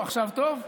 עכשיו טוב?